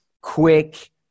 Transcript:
quick